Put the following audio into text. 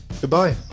goodbye